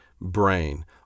brain